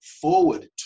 forward